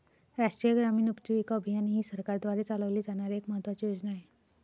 राष्ट्रीय ग्रामीण उपजीविका अभियान ही सरकारद्वारे चालवली जाणारी एक महत्त्वाची योजना आहे